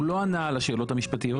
הוא לא ענה על השאלות המשפטיות.